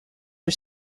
are